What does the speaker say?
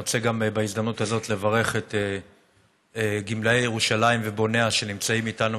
אני רוצה גם בהזדמנות הזאת לברך את גמלאי ירושלים ובוניה שנמצאים איתנו,